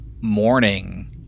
morning